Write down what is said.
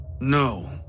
No